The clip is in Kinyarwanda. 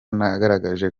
nagerageje